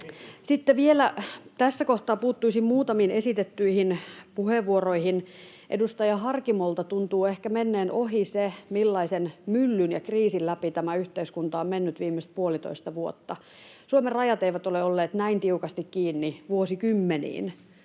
Sitten vielä tässä kohtaa puuttuisin muutamiin esitettyihin puheenvuoroihin: Edustaja Harkimolta tuntuu ehkä menneen ohi, millaisen myllyn ja kriisin läpi tämä yhteiskunta on mennyt viimeiset puolitoista vuotta. Suomen rajat eivät ole olleet näin tiukasti kiinni vuosikymmeniin.